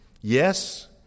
Yes